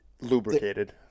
lubricated